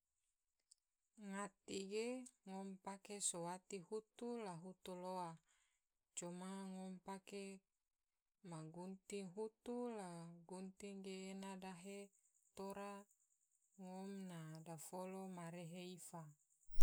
Ngati ge ngom pake so wati hutu la hutu loa, coma ngom so ma gunting hutu la gunting ge ena dahe tora ngom na folo ma rehe ifa.